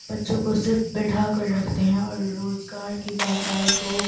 بچوں کو صرف بٹھا کر رکھتے ہیں اور روزگار کی بات آئے تو